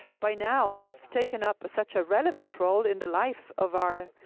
by now have taken up such a relevant role in the life of our